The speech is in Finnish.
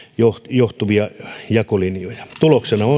johtuvia jakolinjoja tuloksena